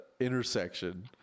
intersection